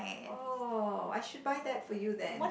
oh I should buy that for you then